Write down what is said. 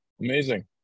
Amazing